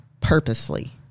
purposely